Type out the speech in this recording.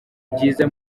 byiza